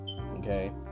okay